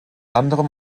anderem